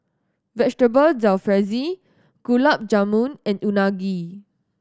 Vegetable Jalfrezi Gulab Jamun and Unagi